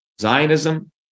Zionism